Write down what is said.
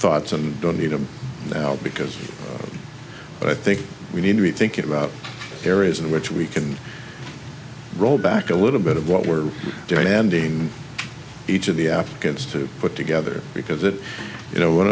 thoughts and don't need them now because i think we need to be thinking about areas in which we can roll back a little bit of what we're doing ending each of the africans to put together because that you know one